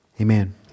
Amen